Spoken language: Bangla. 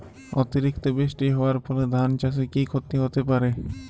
অতিরিক্ত বৃষ্টি হওয়ার ফলে ধান চাষে কি ক্ষতি হতে পারে?